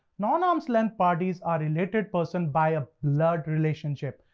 non-arm's length parties are related persons by a blood relationship,